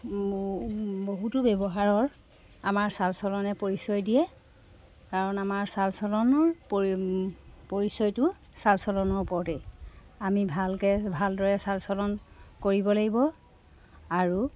বহুতো ব্যৱহাৰৰ আমাৰ চাল চলনে পৰিচয় দিয়ে কাৰণ আমাৰ চাল চলনৰ পৰি পৰিচয়টো চাল চলনৰ ওপৰতে আমি ভালকৈ ভালদৰে চাল চলন কৰিব লাগিব আৰু